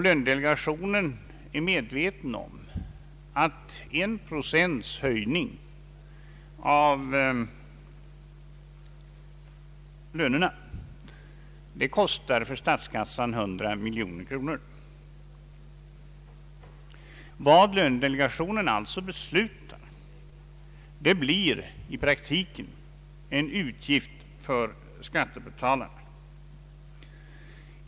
Lönedelegationen är medveten om att en procents höjning av lönerna kostar 100 miljoner kronor för statskassan. Vad lönedelegationen beslutar blir alltså i praktiken en utgift för skattebetalarna.